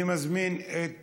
אני מזמין את